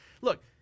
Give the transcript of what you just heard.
Look